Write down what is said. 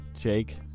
Jake